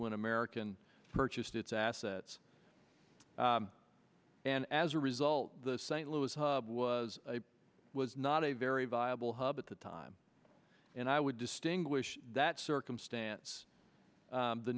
when american purchased its assets and as a result the st louis hub was a was not a very viable hub at the time and i would distinguish that circumstance